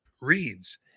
reads